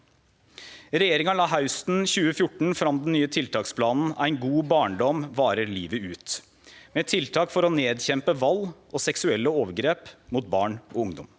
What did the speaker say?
Regjeringa la hausten 2014 fram den nye tiltaksplanen «Ein god barndom varer livet ut» med tiltak for å nedkjempe vald og seksuelle overgrep mot barn og ungdom.